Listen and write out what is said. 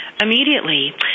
immediately